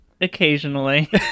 occasionally